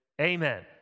Amen